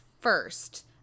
first